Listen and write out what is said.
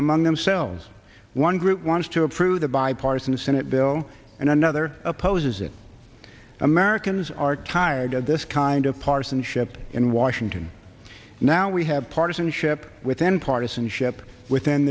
among themselves one group wants to approve the bipartisan senate bill and another opposes it americans are tired of this kind of partisanship in washington now we have partisanship within partisanship within